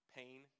pain